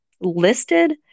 listed